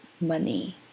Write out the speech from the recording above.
money